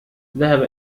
ذهب